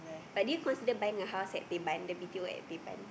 but do you consider buying a house at Teban the B_T_O at Teban